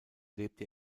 lebte